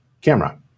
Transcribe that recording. camera